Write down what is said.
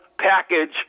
Package